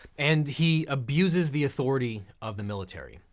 and he abuses the authority of the military.